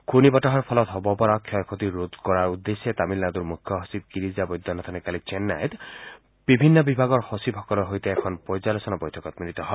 ঘূৰ্ণী বতাহৰ ফলত হ'ব পৰা ক্ষয় ক্ষতি ৰোধৰ উদ্দেশ্যে তামিলনাডুৰ মুখ্য সচিব গিৰিজা বৈদ্যনাথনে কালি চেন্নাইত বিভিন্ন বিভাগৰ সচিবসকলৰ সৈতে এখন পৰ্যালোচনা বৈঠকত মিলিত হয়